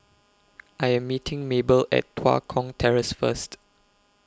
I Am meeting Mabel At Tua Kong Terrace First